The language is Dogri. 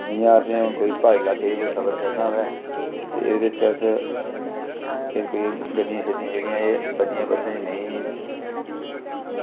इंया असें कोई प्हाड़ी लाकै ई कोई सफर करना होऐ ते एह्दे च अस फिर कोई गड्डियां एह् बड्डियें बस्सें ई नेईं